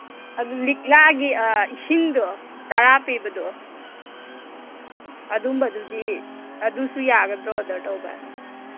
ꯑꯗꯨ ꯂꯤꯛꯂꯥꯒꯤ ꯏꯁꯤꯡꯗꯣ ꯇꯔꯥ ꯄꯤꯕꯗꯣ ꯑꯗꯨꯝꯕꯗꯨꯗꯤ ꯑꯗꯨꯁꯨ ꯌꯥꯒꯗ꯭ꯔꯣ ꯑꯣꯗꯔ ꯇꯧꯕ